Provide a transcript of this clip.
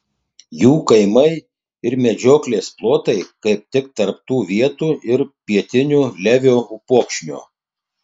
jų kaimai ir medžioklės plotai kaip tik tarp tų vietų ir pietinio levio upokšnio